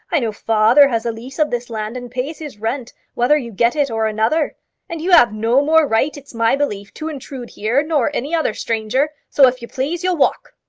i know father has a lease of this land, and pays his rent, whether you get it or another and you have no more right, it's my belief, to intrude here nor any other stranger. so, if you please, you'll walk.